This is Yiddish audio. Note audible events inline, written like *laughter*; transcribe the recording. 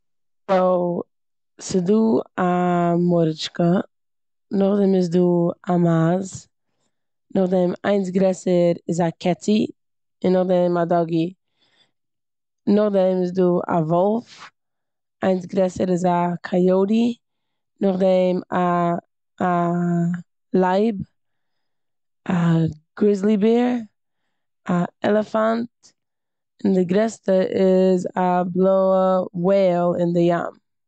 *unintelligible* ס'דא א מורישקע, נאכדעם איז דא א מייז, נאכדעם איינס גרעסער איז א קעצי און נאכדעם א דאגי. נאכדעם איז דא א וואלף, איינס גרעסער איז א קאיאטי, נאכדעם א- א לייב, א גריזלי בער, א עלעפאנט, און די גרעסטע איז א בלויע וועיל אין די ים.